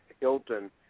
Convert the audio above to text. Hilton